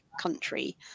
country